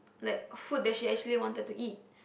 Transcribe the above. like food that she actually wanted to eat